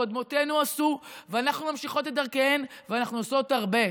קודמותינו עשו ואנחנו ממשיכות את דרכיהן ואנחנו עושות הרבה,